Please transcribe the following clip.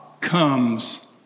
comes